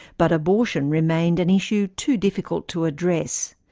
but abortion remained an issue too difficult to address.